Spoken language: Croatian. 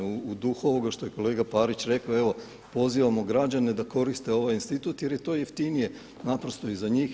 U duhu ovoga što je kolega Parić rekao, evo pozivamo građane da koriste ovaj institut jer je to jeftinije naprosto i za njih.